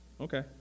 Okay